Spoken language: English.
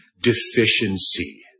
deficiency